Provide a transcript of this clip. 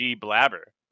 blabber